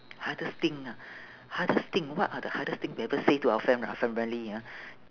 hardest thing ah hardest thing what are the hardest thing we ever say to our friend and our family ah